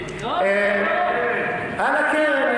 על הקרן.